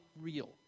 real